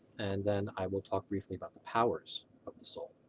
and then i will talk briefly about the powers of the soul.